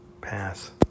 pass